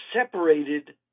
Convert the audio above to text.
separated